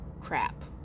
crap